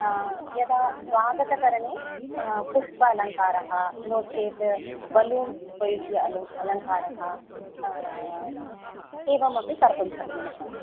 यदा स्वागतकरणे पुष्पालङ्कारः नो चेत् बलून् उपयुज्य अलङ्कारः एवमपि कर्तुं शक्नुमः